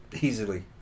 easily